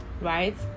right